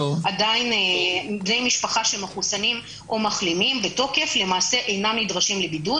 בני משפחה שהם מחוסנים או מחלימים בתוקף אינם נדרשים לבידוד.